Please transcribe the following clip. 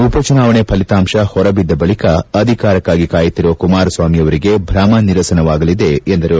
ಉಪ ಚುನಾವಣೆ ಫಲಿತಾಂಶ ಹೊರಬಿದ್ದ ಬಳಿಕ ಅಧಿಕಾರಕ್ಷಾಗಿ ಕಾಯುತ್ತಿರುವ ಕುಮಾರಸ್ವಾಮಿಯವರಿಗೆ ಭ್ರಮ ನಿರಸನವಾಗಲಿದೆ ಎಂದರು